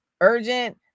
urgent